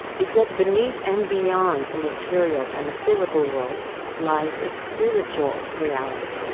is that beneath and beyond the material and the physical world lies a spiritual reality.